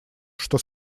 что